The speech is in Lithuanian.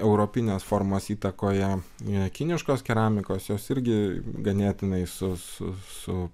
europinės formos įtakoje kiniškos keramikos jos irgi ganėtinai su su